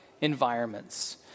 environments